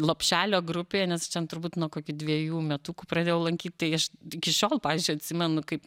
lopšelio grupėje nes aš ten turbūt nuo kokių dviejų metukų pradėjau lankyt tai aš iki šiol pavyzdžiui atsimenu kaip